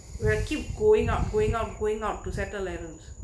you keep going out going out going out to settle elevenths